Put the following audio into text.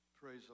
Praise